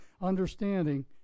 understanding